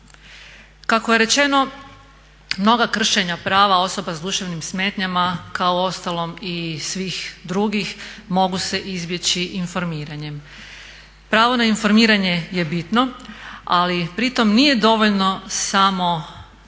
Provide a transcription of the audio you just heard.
Kako je rečeno, mnoga kršenja prava osoba sa duševnim smetnjama, kao uostalom i svih drugih, mogu se izbjeći informiranjem. Pravo na informiranje je bitno ali pri tome nije dovoljno samo s pravima